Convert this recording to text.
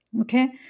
okay